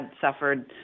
suffered